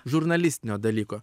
žurnalistinio dalyko